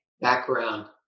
background